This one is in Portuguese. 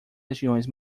regiões